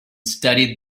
studied